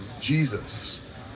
Jesus